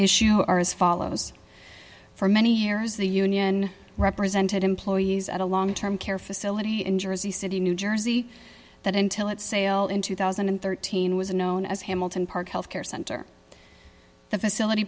issue are as follows for many years the union represented employees at a long term care facility in jersey city new jersey that until it sailed in two thousand and thirteen was known as hamilton park health care center the facility